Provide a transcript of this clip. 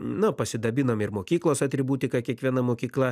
nu pasidabinam ir mokyklos atributika kiekviena mokykla